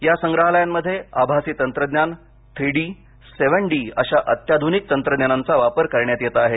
या संग्रहलयांमध्ये आभासी तंत्रज्ञान थ्री डी सेव्हन डी अशा अत्याधुनिक तंत्रज्ञानाचा वापर करण्यात येत आहे